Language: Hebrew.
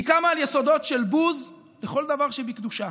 היא קמה על יסודות של בוז לכל דבר שבקדושה,